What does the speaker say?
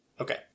Okay